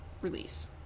release